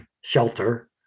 shelter